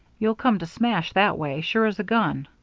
you'll come to smash that way, sure as a gun.